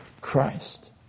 Christ